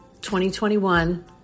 2021